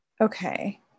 okay